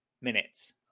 minutes